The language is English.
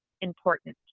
important